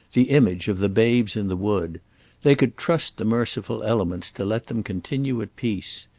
the image of the babes in the wood they could trust the merciful elements to let them continue at peace.